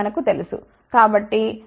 కాబట్టి 1 0 y 1 R2